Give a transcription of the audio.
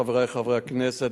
חברי חברי הכנסת,